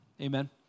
Amen